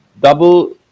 double